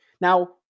Now